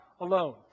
alone